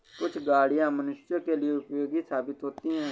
कुछ गाड़ियां मनुष्यों के लिए उपयोगी साबित होती हैं